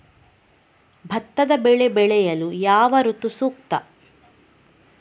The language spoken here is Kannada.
ಭತ್ತದ ಬೆಳೆ ಬೆಳೆಯಲು ಯಾವ ಋತು ಸೂಕ್ತ?